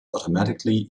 automatically